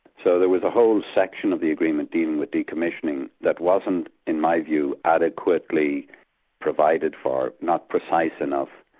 so there was a whole section of the agreement dealing with decommissioning that wasn't, in my view, adequately provided for, not precise enough,